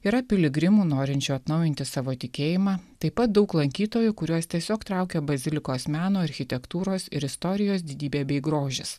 yra piligrimų norinčių atnaujinti savo tikėjimą taip pat daug lankytojų kuriuos tiesiog traukia bazilikos meno architektūros ir istorijos didybė bei grožis